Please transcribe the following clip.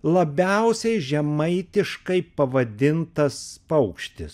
labiausiai žemaitiškai pavadintas paukštis